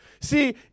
see